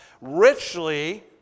richly